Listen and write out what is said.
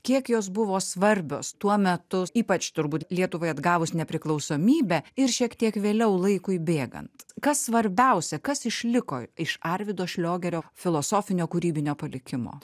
kiek jos buvo svarbios tuo metu ypač turbūt lietuvai atgavus nepriklausomybę ir šiek tiek vėliau laikui bėgant kas svarbiausia kas išliko iš arvydo šliogerio filosofinio kūrybinio palikimo